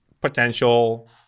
potential